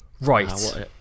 Right